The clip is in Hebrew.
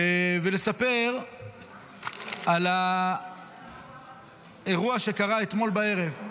ולספר על האירוע שקרה אתמול בערב.